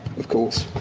of course,